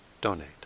donate